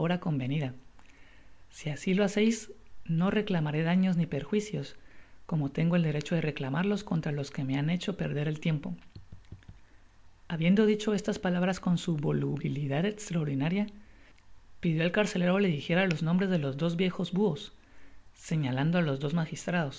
convenida si asi lo haceis no reclamaré daños ni perjuicios como tengo el derecho de reclamarlos contra los quo me han hecho perder el tiempo habiendo dicho estas palabras con uua volubilidad extraordinaria pidió al carcelero le dijera los nombres de los dos viejos buos